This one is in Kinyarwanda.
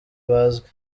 bazwi